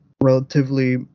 relatively